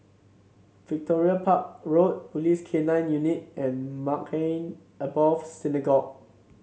Victoria Park Road Police K Nine Unit and Maghain Aboth Synagogue